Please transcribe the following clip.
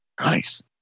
nice